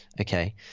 Okay